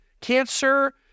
cancer